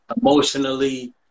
emotionally